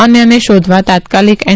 અન્યને શોધવા તાત્કાલિક એન